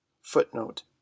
Footnote